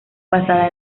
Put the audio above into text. basada